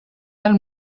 del